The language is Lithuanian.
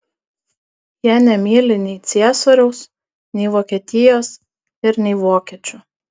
jie nemyli nei ciesoriaus nei vokietijos ir nei vokiečių